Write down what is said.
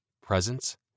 presence